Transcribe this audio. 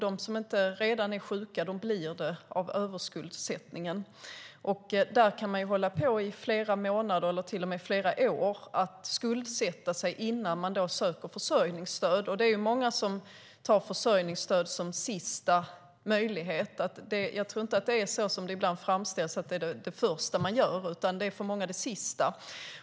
De som inte redan är sjuka blir det av överskuldsättningen. Man skuldsätter sig innan man söker försörjningsstöd. Så där kan man hålla på i flera månader eller till och med fler år. Det är många som ser försörjningsstöd som sista möjlighet. Jag tror inte att det är så som det ibland framställs, att det är det första man gör. Det är för många det sista.